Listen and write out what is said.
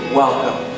welcome